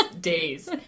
days